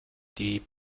die